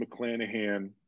McClanahan